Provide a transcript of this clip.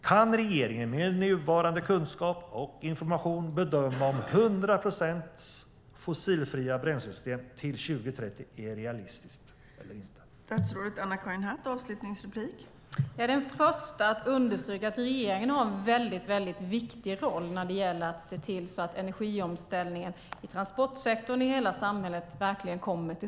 Kan regeringen med nuvarande kunskap och information bedöma om hundra procent fossilfria bränslesystem till 2030 är realistiskt eller inte?